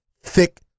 thick